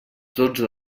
dotze